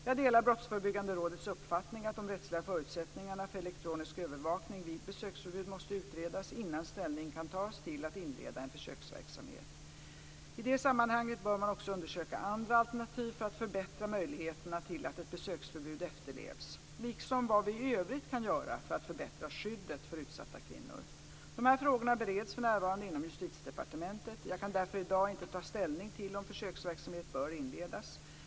Jag delar Brottsförebyggande rådets uppfattning att de rättsliga förutsättningarna för elektronisk övervakning vid besöksförbud måste utredas innan ställning kan tas till att inleda en försöksverksamhet. I detta sammanhang bör man också undersöka andra alternativ för att förbättra möjligheterna till att ett besöksförbud efterlevs liksom vad vi i övrigt kan göra för att förbättra skyddet för utsatta kvinnor. Dessa frågor bereds för närvarande inom Justitiedepartementet. Jag kan därför i dag inte ta ställning till om försöksverksamhet bör inledas.